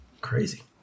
Crazy